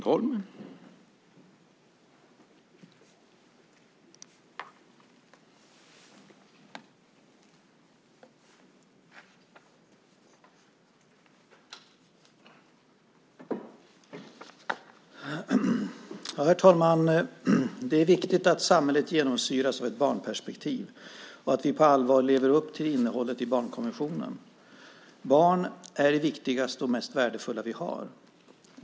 Herr talman! Det är viktigt att samhället genomsyras av ett barnperspektiv och att vi på allvar lever upp till innehållet i barnkonventionen. Barn är det viktigaste och mest värdefulla vi har.